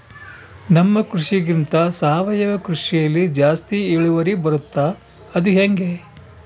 ನಮ್ಮ ಕೃಷಿಗಿಂತ ಸಾವಯವ ಕೃಷಿಯಲ್ಲಿ ಜಾಸ್ತಿ ಇಳುವರಿ ಬರುತ್ತಾ ಅದು ಹೆಂಗೆ?